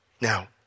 Now